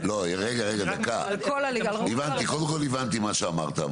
קודם כל הבנתי מה שאמרת,